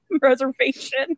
reservation